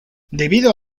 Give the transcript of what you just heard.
debido